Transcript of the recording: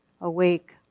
awake